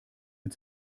mit